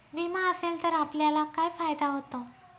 विमा असेल तर आपल्याला काय फायदा होतो?